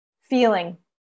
feeling